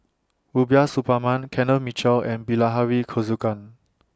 Rubiah Suparman Kenneth Mitchell and Bilahari Kausikan